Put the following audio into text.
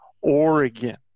Oregon